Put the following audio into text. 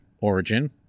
origin